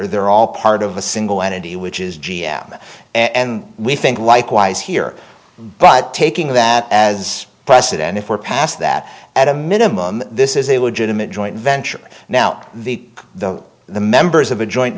they're all part of a single entity which is g m and we think likewise here but taking that as president if we're past that at a minimum this is a legitimate joint venture now the the the members of a joint